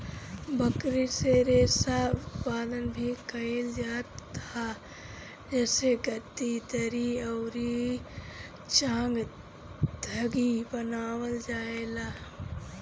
बकरी से रेशा उत्पादन भी कइल जात ह जेसे गद्दी, दरी अउरी चांगथंगी बनावल जाएला